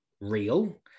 real